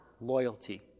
loyalty